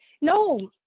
No